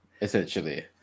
Essentially